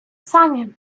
самі